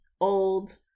old